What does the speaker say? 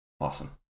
Awesome